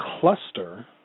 cluster